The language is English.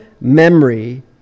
memory